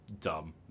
dumb